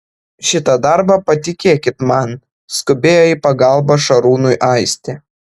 šitą darbą patikėkit man skubėjo į pagalbą šarūnui aistė